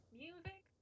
music